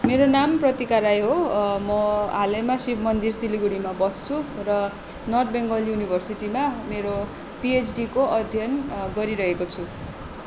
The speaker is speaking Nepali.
मेरो नाम प्रतिका राई हो म हालैमा शिवमन्दिर सिलगढीमा बस्छु र नर्थ बेङ्गाल युनिभर्सिटीमा मेरो पिएचडीको अध्ययन गरिरहेको छु